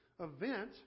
event